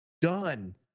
Done